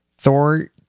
Thor